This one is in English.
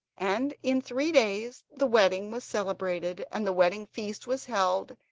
and in three days the wedding was celebrated, and the wedding feast was held,